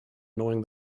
knowing